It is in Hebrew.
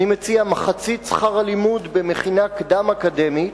אני מציע מחצית שכר הלימוד במכינה קדם-אקדמית,